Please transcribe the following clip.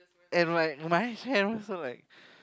and like my hand was also like